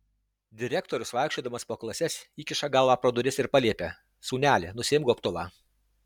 direktorius vaikščiodamas po klases įkiša galvą pro duris ir paliepia sūneli nusiimk gobtuvą